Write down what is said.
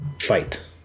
fight